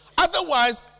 Otherwise